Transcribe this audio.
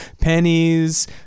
pennies